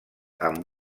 amb